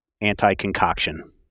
anti-concoction